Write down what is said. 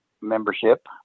membership